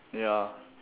ya